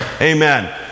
Amen